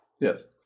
Yes